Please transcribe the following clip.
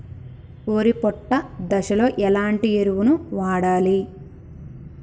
వరి పొట్ట దశలో ఎలాంటి ఎరువును వాడాలి?